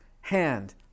hand